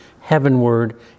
heavenward